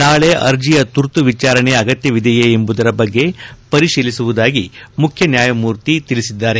ನಾಳೆ ಅರ್ಜಿಯ ತುರ್ತು ವಿಚಾರಣೆ ಅಗತ್ಯವಿದೆಯೇ ಎಂಬುದರ ಬಗ್ಗೆ ಪರಿಶೀಲಿಸುವುದಾಗಿ ಮುಖ್ಜನಾಯಮೂರ್ತಿ ತಿಳಿಸಿದ್ದಾರೆ